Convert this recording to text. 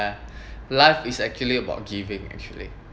life is actually about giving actually